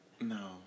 No